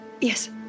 yes